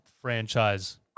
franchise